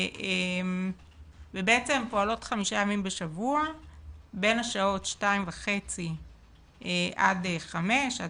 ובעצם פועלות חמישה ימים בשבוע בין השעות 14:30 עד 17:00,